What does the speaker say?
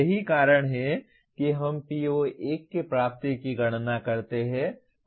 यही कारण है कि हम PO1 की प्राप्ति की गणना करते हैं